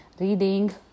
reading